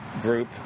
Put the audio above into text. group